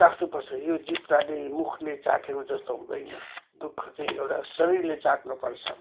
चाख्नुपर्छ यो जिब्राले मुखले चाटेको जस्तो हुँदैन दुखः चाहिँ एउटा शरिरले चाट्नुपर्छ